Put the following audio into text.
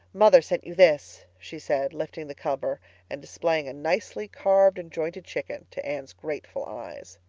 mother sent you this, she said, lifting the cover and displaying a nicely carved and jointed chicken to anne's greatful eyes.